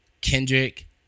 Kendrick